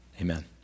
amen